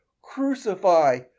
crucify